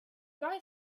guy